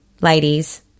ladies